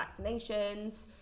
vaccinations